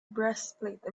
breastplate